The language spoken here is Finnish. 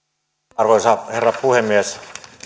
arvoisa herra puhemies